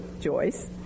Joyce